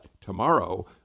tomorrow